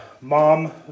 Mom